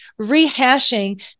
rehashing